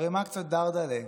ערמה קצת דרדלה,